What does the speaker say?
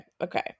okay